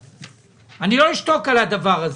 אני לא אשתוק על הדבר הזה,